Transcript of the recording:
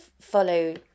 follow